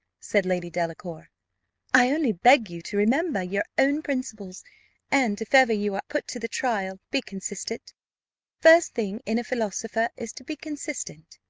said lady delacour i only beg you to remember your own principles and if ever you are put to the trial, be consistent first thing in a philosopher is to be consistent.